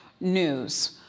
news